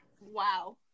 wow